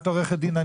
את עורכת דין,